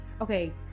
Okay